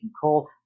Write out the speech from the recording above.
call